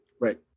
Right